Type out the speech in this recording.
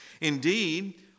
indeed